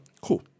Cool